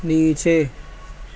نیچے